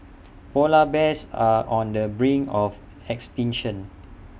Polar Bears are on the brink of extinction